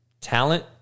talent